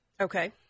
Okay